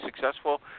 successful